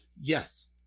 yes